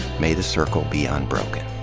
may the circle be unbroken.